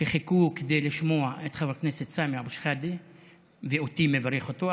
שחיכה כדי לשמוע את חבר הכנסת סמי אבו שחאדה ואותי מברך אותו,